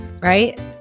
right